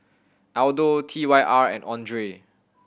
Aldo T Y R and Andre